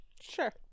Sure